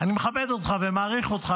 אני מכבד אותך ומעריך אותך.